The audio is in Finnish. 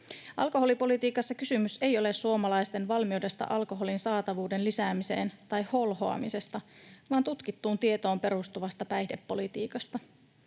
Alkoholipolitiikassa kysymys ei ole suomalaisten valmiudesta alkoholin saatavuuden lisäämiseen tai holhoamisesta vaan tutkittuun tietoon perustuvasta päihdepolitiikasta.